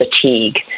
fatigue